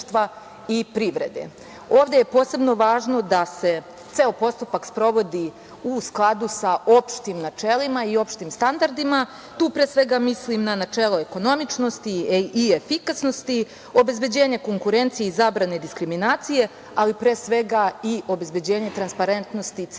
Ovde je posebno važno da se ceo postupak sprovodi u skladu sa opštim načelima i opštim standardima. Tu mislim na načelo ekonomičnosti i efikasnosti, obezbeđenja konkurencije i zabrane diskriminacije, ali i obezbeđenje transparentnosti celog postupka.